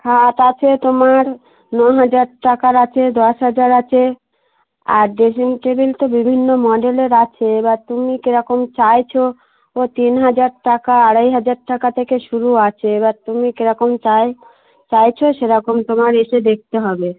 খাট আছে তোমার ন হাজার টাকার আছে দশ হাজার আছে আর ড্রেসিং টেবিল তো বিভিন্ন মডেলের আছে এবার তুমি কীরকম চাইছ ও তিন হাজার টাকা আড়াই হাজার টাকা থেকে শুরু আছে এবার তুমি কীরকম চাই চাইছ সেরকম তোমার এসে দেখতে হবে